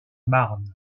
marne